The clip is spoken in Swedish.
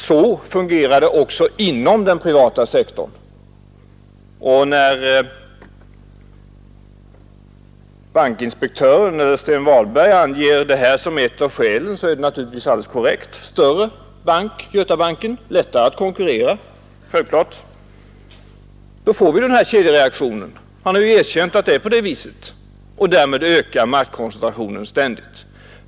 Så fungerar det också inom den privata sektorn. När bankinspektionens generaldirektör Sten Walberg anger detta som ett av skälen är det naturligtvis alldeles korrekt — Götabanken blir en större bank som får lättare att konkurrera på de riktigt storas villkor. Vi får denna kedjereaktion och han har erkänt att det är så. På det sättet ökar man ständigt maktkoncentrationen.